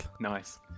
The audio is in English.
Nice